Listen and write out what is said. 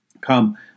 Come